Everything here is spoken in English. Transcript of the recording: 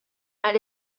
are